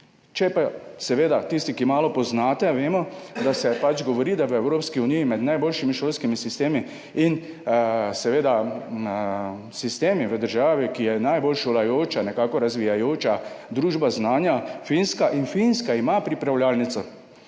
Seveda tisti, ki malo poznate, veste, da se pač govori, da je v Evropski uniji med najboljšimi šolskimi sistemi in med sistemi v državi, ki je najbolj šolajoča, nekako razvijajoča družba znanja, Finska. In Finska ima pripravljalnico